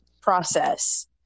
process